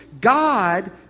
God